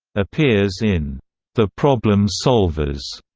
appears in the problem solvers,